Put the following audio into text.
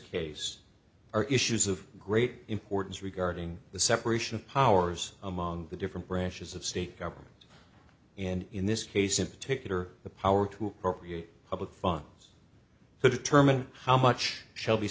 case are issues of great importance regarding the separation of powers among the different branches of state government and in this case in particular the power to appropriate public funds to determine how much shall be